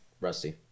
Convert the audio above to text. Rusty